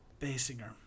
basinger